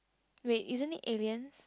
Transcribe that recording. wait isn't it aliens